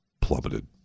plummeted